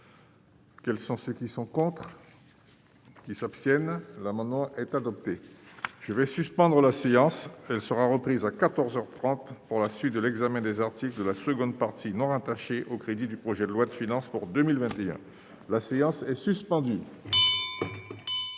Quels sont ceux qui sont contre, qui s'abstiennent, l'amendement est adopté, je vais suspendre la séance, elle sera reprise à 14 heures 30 pour la suite de l'examen des articles de la seconde partie non rattachés au crédit du projet de loi de finances pour 2021, la séance est suspendue.